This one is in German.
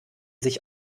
sich